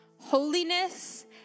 Holiness